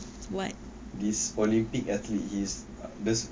this olympic athlete he is the